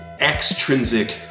extrinsic